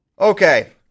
Okay